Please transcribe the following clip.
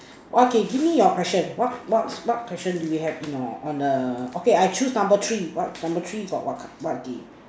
what okay give me your question what what what question do we have in or on err okay I choose number three what number three got what what gift